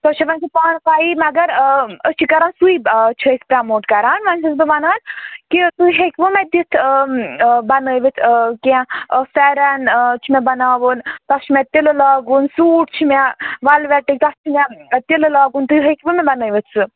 سۄ چھِ وَنۍ تۄہہِ پانہٕ پَیی مگر أسۍ چھِ کَران سُے چھِ أسۍ پرٛموٹ کَران وَنۍ چھَس بہٕ وَنان کہِ تُہۍ ہیٚکوٕ مےٚ دِتھ بَنٲوِتھ کیٚنٛہہ فٮ۪رَن چھُ مےٚ بَناوُن تَتھ چھُ مےٚ تِلہٕ لاگُن سوٗٹ چھِ مےٚ وَلوٮ۪ٹٕکۍ تَتھ چھِ مےٚ تِلہٕ لاگُن تُہۍ ہیٚکوٕ مےٚ بَنٲوِتھ سُہ